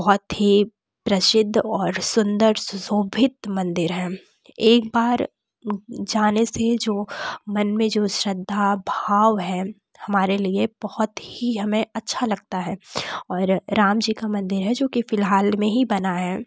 बहुत ही प्रसिद्ध और सुंदर सुशोभित मंदिर है एक बार जाने से जो मन में जो श्रद्धा भाव है हमारे लिए बहुत ही हमें अच्छा लगता है और राम जी का मंदिर है जो कि फिलहाल में ही बना है